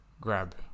Grab